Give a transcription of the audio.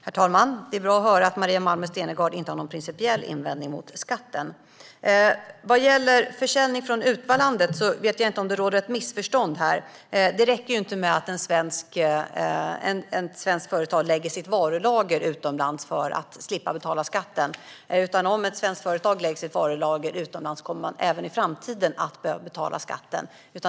Herr talman! Det är bra att höra att Maria Malmer Stenergard inte har någon principiell invändning mot skatten. Vad gäller försäljning från utlandet vet jag inte om det råder ett missförstånd här. Det räcker inte med att ett svenskt företag lägger sitt varulager utomlands för att slippa betala skatten. Om ett svenskt företag lägger sitt varulager utomlands kommer man även i framtiden att behöva betala skatten.